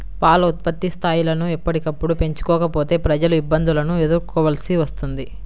పాల ఉత్పత్తి స్థాయిలను ఎప్పటికప్పుడు పెంచుకోకపోతే ప్రజలు ఇబ్బందులను ఎదుర్కోవలసి వస్తుంది